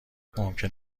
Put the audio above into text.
ممکن